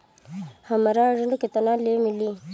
हमरा ऋण केतना ले मिली?